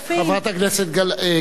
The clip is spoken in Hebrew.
חברת הכנסת גלאון,